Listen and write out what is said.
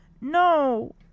No